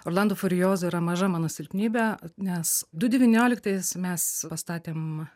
orlando furiozo yra maža mano silpnybė nes du devynioliktais mes pastatėm